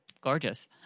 gorgeous